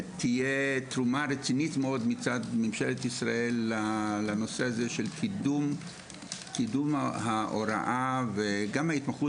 תהיה תרומה רצינית מאוד מצד ממשלת ישראל לקידום ההוראה וגם ההתמחות